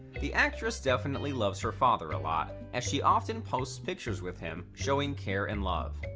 the actress definitely loves her father a lot, as she often posts pictures with him, showing care and love.